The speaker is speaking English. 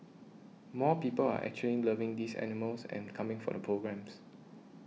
more people are actually loving these animals and coming for the programmes